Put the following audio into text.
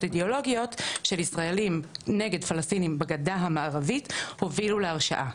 אידיאולוגיות של ישראלים נגד פלסטינים בגדה המערבית הובילו להרשעה,